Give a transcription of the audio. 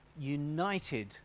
united